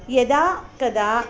यदा कदा